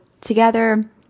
together